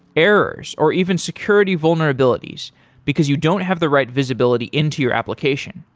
errors, or even security vulnerabilities because you don't have the right visibility into your application?